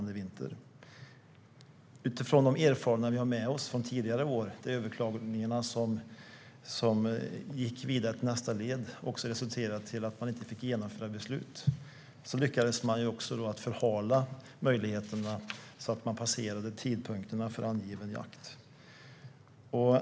De erfarenheter vi har med oss från tidigare år är att överklagandena gick vidare till nästa led och resulterade i att besluten inte kunde genomföras då man lyckades förhala det hela så att tidpunkterna för angiven jakt passerades.